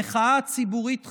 המחאה הציבורית חשובה,